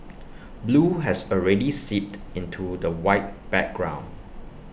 blue has already seeped into the white background